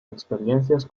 experiencias